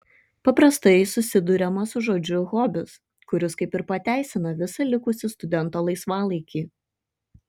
paprastai susiduriama su žodžiu hobis kuris kaip ir pateisina visą likusį studento laisvalaikį